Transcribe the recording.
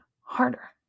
harder